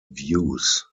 views